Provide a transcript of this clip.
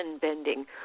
bending